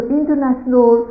international